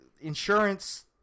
insurance